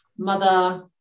Mother